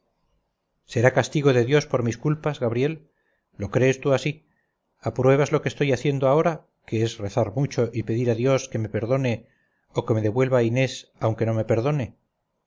será castigo de dios por mis culpas gabriel lo crees tú así apruebas lo que estoy haciendo ahora que es rezar mucho y pedir a dios que me perdone o que me devuelva a inés aunque no me perdone